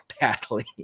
badly